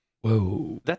Whoa